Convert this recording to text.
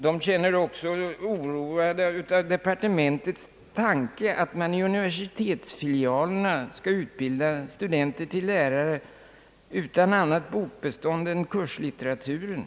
De känner sig också oroade av departementets tanke att man i universitetsfilialerna skall utbilda studenter till lärare utan att ha ett bokbestånd som omfattar annat än kurslitteraturen.